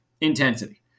intensity